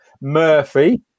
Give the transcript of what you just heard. Murphy